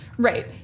Right